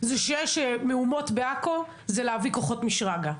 כשיש מהומות בעכו, הוא להביא כוחות משרגא.